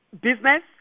business